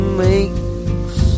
makes